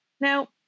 Now